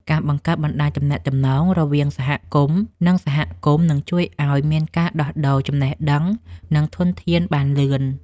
ការបង្កើតបណ្តាញទំនាក់ទំនងរវាងសហគមន៍ និងសហគមន៍នឹងជួយឱ្យមានការដោះដូរចំណេះដឹង និងធនធានបានលឿន។